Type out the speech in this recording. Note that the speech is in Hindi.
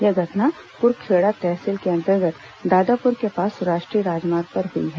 यह घटना कुरखेड़ा तहसील के अंतर्गत दादापुर के पास राष्ट्रीय राजमार्ग पर हुई है